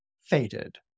faded